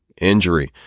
injury